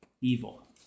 evil